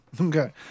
Okay